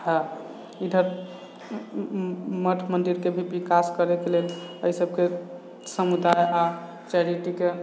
हँ इधर मठ मन्दिरके भी विकास करैके लेल एहि सभके समुदाय आओर चैरिटीके